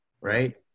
Right